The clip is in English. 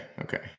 okay